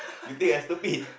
you think I stupid